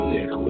Nick